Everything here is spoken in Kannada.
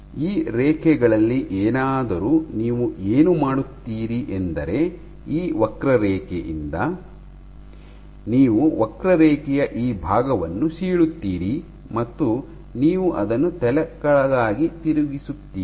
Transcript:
ಈ ರೇಖೆಗಳಲ್ಲಿ ಏನಾದರೂ ನೀವು ಏನು ಮಾಡುತ್ತೀರಿ ಎಂದರೆ ಈ ವಕ್ರರೇಖೆಯಿಂದ ನೀವು ವಕ್ರರೇಖೆಯ ಈ ಭಾಗವನ್ನು ಸೀಳುತ್ತೀರಿ ಮತ್ತು ನೀವು ಅದನ್ನು ತಲೆಕೆಳಗಾಗಿ ತಿರುಗಿಸುತ್ತೀರಿ